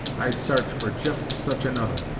i'd s'arch for just such another,